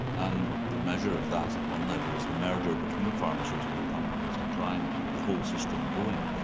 and the measure of that at one level is the merger between pharmaceutical companies to try and keep the whole system going.